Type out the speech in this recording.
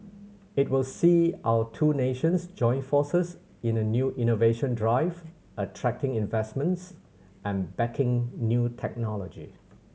it will see our two nations join forces in a new innovation drive attracting investments and backing new technology